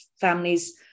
families